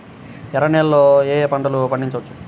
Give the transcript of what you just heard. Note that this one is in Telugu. ఎర్ర నేలలలో ఏయే పంటలు పండించవచ్చు?